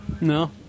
No